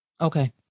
Okay